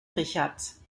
richards